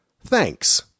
Thanks